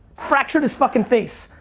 fractured his fucking face.